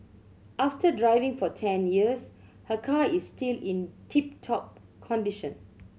after driving for ten years her car is still in tip top condition